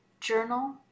journal